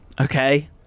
Okay